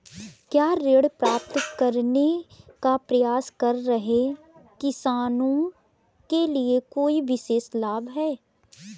क्या ऋण प्राप्त करने का प्रयास कर रहे किसानों के लिए कोई विशेष लाभ हैं?